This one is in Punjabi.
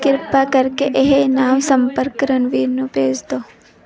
ਕ੍ਰਿਪਾ ਕਰਕੇ ਇਹ ਇਨਾਮ ਸੰਪਰਕ ਰਣਵੀਰ ਨੂੰ ਭੇਜ ਦੋ